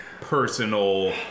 personal